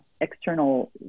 external